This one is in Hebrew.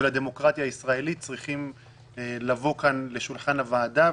הדמוקרטיה הישראלית צריכים לבוא לשולחן הוועדה.